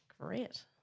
great